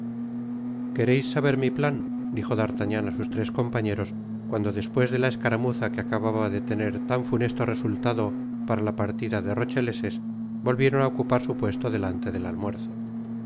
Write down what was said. quereis saber mi plan dijo d'artagnan á sos tres compañeros cuando despues de la escaramuza que acababa de tener tan funesto resultado para la partida de rocheleses volvieron á ocupar su puesto delante del almuerzo si